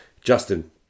Justin